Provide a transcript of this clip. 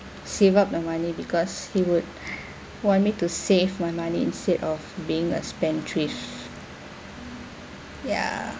save up the money because he would want me to save my money instead of being a spendthrift ya